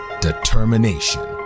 Determination